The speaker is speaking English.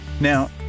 Now